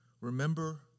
Remember